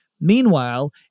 Meanwhile